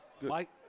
Mike